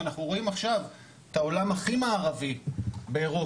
ואנחנו רואים עכשיו את העולם הכי מערבי באירופה